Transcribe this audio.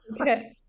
Okay